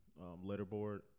letterboard